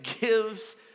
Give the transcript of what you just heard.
gives